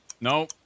No